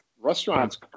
Restaurants